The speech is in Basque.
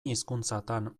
hizkuntzatan